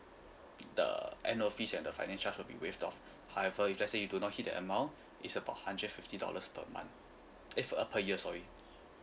the annual fees and the finance charge will be waived off however if let say you do not hit the amount it's about hundred fifty dollars per month eh for a per year sorry